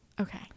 Okay